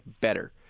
better